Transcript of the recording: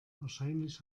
wahrscheinlich